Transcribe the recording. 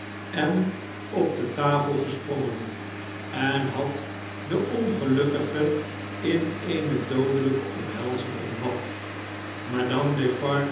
en op de tafel gesprongen en had den ongelukkige in eene doodeljjke omhelzing omvat